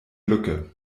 lücke